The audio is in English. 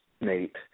Nate